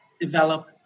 develop